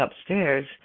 upstairs